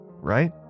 right